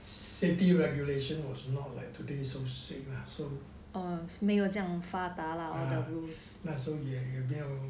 safety regulation was not like today so strict lah so 那时候也没有